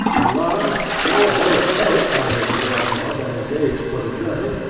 a large four-horse coach having, therefore, been engaged for the journey,